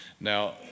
Now